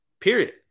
period